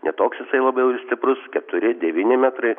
ne toks jisai labiau jau ir stiprus keturi devyni metrai